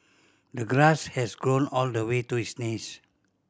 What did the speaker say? the grass has grown all the way to his knees